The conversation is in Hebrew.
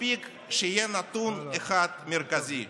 מספיק שיהיה נתון אחד מרכזי.